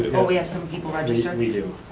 do. oh, we have some people registered. we do,